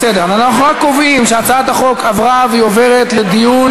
אנחנו רק קובעים שהצעת החוק עברה והיא עוברת לדיון.